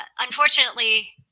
unfortunately